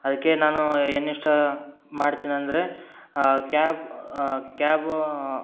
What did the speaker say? ಅದಕ್ಕೆ ನಾನು ಏನು ಇಷ್ಟ ಮಾಡ್ತೀನಂದರೆ ಕ್ಯಾಬ್ ಕ್ಯಾಬೂ